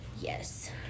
Yes